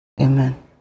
Amen